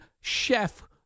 chef